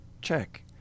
check